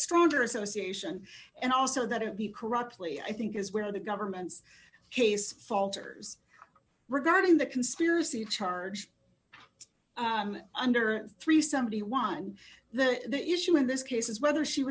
stronger association and also that it be corruptly i think is where the government's case falters regarding the conspiracy charge under three somebody one the issue in this case is whether she